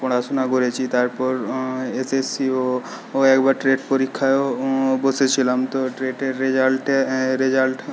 পড়াশোনা করেছি তারপর এস এস সি ও একবার টেট পরীক্ষায়ও বসেছিলাম তো টেটের রেজাল্টে রেজাল্টে